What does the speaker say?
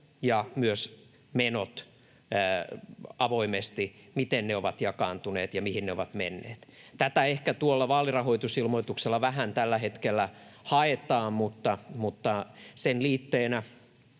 ja myös menot avoimesti: miten ne ovat jakaantuneet ja mihin ne ovat menneet. Tätä ehkä vaalirahoitusilmoituksella tällä hetkellä vähän haetaan, mutta sen liitteenä